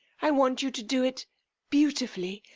i want you to do it beautifully,